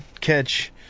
catch